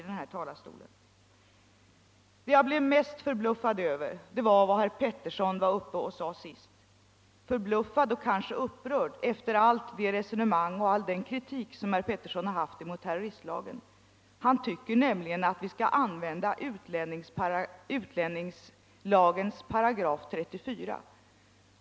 Det som jag emellertid blev mest förbluffad över var vad herr Pettersson i Västerås sade allra sist — förbluffad och kanske också upprörd efter all den kritik som herr Pettersson framfört mot terroristlagen. Herr Pettersson tyckte nämligen att vi skulle använda utlänningslagens 34 §.